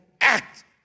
act